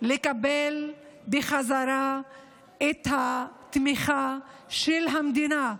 לקבל בחזרה את התמיכה של המדינה.